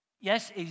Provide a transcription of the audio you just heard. Yes